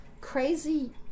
crazy